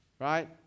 right